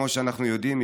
כמו שאנחנו יודעים,